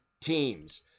teams